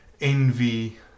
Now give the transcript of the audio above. envy